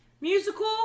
musical